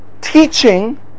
teaching